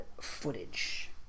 footage